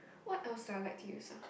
what else do I like to use ah